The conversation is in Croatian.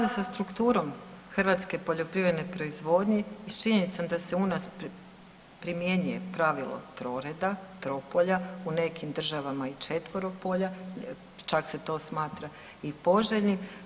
Pa u skladu sa strukturom hrvatske poljoprivredne proizvodnje i s činjenicom da se u nas primjenjuje pravilo troreda, tropolja, u nekim državama i četveropolja jer čak se to smatra i poželjnim.